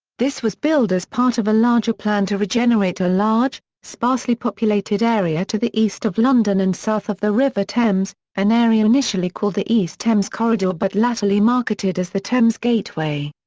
this was billed as part of a larger plan to regenerate a large, sparsely populated area to the east of london and south of the river thames, an area initially called the east thames corridor but latterly marketed as the thames gateway.